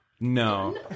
No